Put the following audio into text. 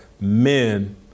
men